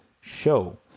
show